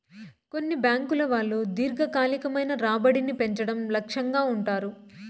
కొన్ని బ్యాంకుల వాళ్ళు దీర్ఘకాలికమైన రాబడిని పెంచడం లక్ష్యంగా ఉంటారు